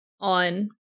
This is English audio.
on